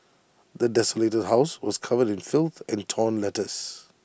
the desolated house was covered in filth and torn letters